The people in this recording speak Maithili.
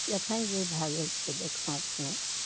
जखन जे भए गेल से देखना छै